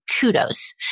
Kudos